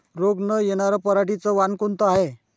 रोग न येनार पराटीचं वान कोनतं हाये?